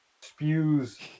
spews